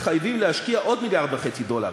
מתחייבים להשקיע עוד 1.5 מיליארד דולר.